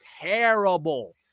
terrible